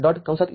C